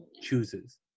chooses